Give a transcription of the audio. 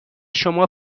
شما